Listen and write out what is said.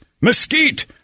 mesquite